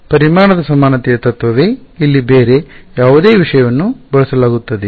ಆದ್ದರಿಂದ ಪರಿಮಾಣದ ಸಮಾನತೆಯ ತತ್ವವೇ ಇಲ್ಲಿ ಬೇರೆ ಯಾವುದೇ ವಿಷಯವನ್ನು ಬಳಸಲಾಗುತ್ತದೆಯೇ